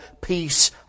peace